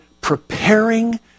preparing